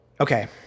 Okay